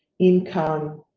income,